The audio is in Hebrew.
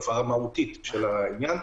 אלא הפרה מהותית של העניין.